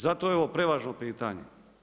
Zato je ovo prevažno pitanje.